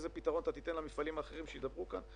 איזה פתרון אתה תיתן למפעלים האחרים שידברו כאן,